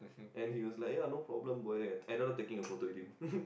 and he was like ya no problem boy then I ended up taking a photo with him